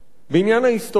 בעניין ההיסטוריה,